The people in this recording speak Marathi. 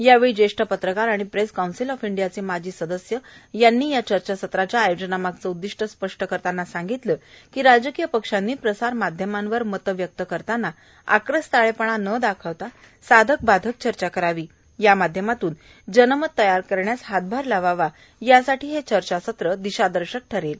यावेळी ज्येष्ठ पत्रकार व प्रेस काऊंसिल ऑफ इंडियाचे माजी सदस्य यांनी या चर्चा सत्राच्या आयोजनामागचे उद्दिष्ट स्पष्ट करताना सांगितलं की राजकीय पक्षांनी प्रसार माध्यमांवर मते व्यक्त करताना आक्रास्थाळेपणा न दाखवता साधक बाधक चर्चा करावी व त्या माध्यमातून जनमत तयार करण्यास हातभार लावावा यासाठी हे चर्चासत्र दिशादर्शक ठरेल